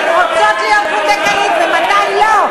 הן רוצות להיות פונדקאיות ומתי לא.